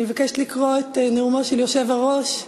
אני מבקשת לקרוא את נאומו של היושב-ראש,